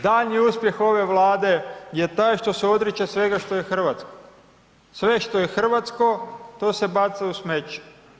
Daljnji uspjeh ove Vlade je taj što se odriče svega što je hrvatsko, sve što je hrvatsko, to se baca u smeće.